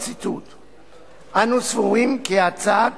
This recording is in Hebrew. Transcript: אנו סבורים כי הצעת